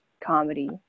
comedy